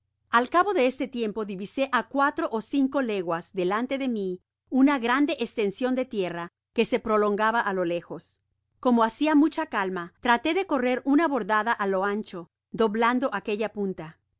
al cabo de este tiempo divisó á cuatro ó cinco leguas delante de mi una grande estension de tierra que se prolongaba á lo lejos como hacia mucha calma traté de correr una bordada á lo ancho doblando aquella punta y